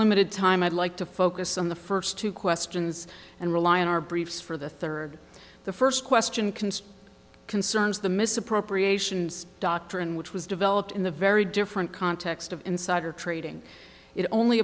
limited time i'd like to focus on the first two questions and rely on our briefs for the third the first question concerns concerns the misappropriations doctrine which was developed in the very different context of insider trading it only